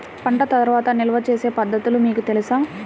పంట తర్వాత నిల్వ చేసే పద్ధతులు మీకు తెలుసా?